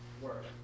work